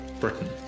Britain